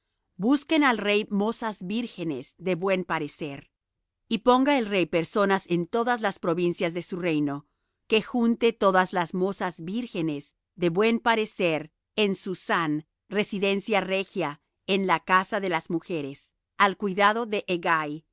busquen al rey mozas vírgenes de buen parecer y ponga el rey personas en todas las provincias de su reino que junte todas las mozas vírgenes de buen parecer en susán residencia regia en la casa de las mujeres al cuidado de hegai